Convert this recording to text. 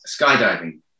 skydiving